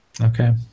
okay